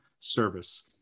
Service